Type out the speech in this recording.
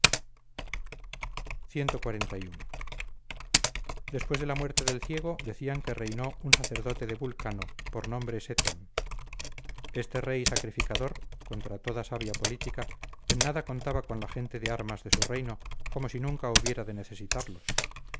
espacio de años cxli después de la muerte del ciego decían que reinó un sacerdote de vulcano por nombre seton este rey sacrificador contra toda sabia política en nada contaba con la gente de armas de su reino como si nunca hubiera de necesitarlos